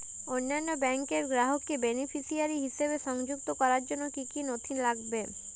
অন্য ব্যাংকের গ্রাহককে বেনিফিসিয়ারি হিসেবে সংযুক্ত করার জন্য কী কী নথি লাগবে?